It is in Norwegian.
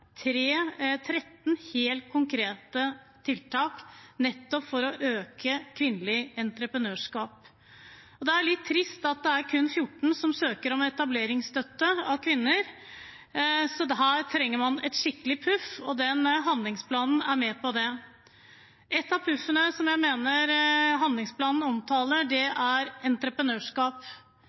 13 helt konkrete tiltak for nettopp å øke kvinnelig entreprenørskap. Det er litt trist at det er kun 14 pst. av kvinnene som søker om etableringsstøtte. Her trenger man et skikkelig puff, og den handlingsplanen er med på å gi det. Et av puffene som handlingsplanen omtaler, er entreprenørskap. Vi vet at det er